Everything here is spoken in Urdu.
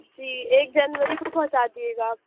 جی ایک جنوری کو پہنچا دیے گا آپ